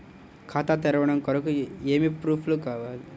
ఖాతా తెరవడం కొరకు ఏమి ప్రూఫ్లు కావాలి?